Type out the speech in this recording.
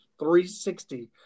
360